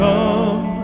Come